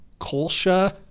Kolsha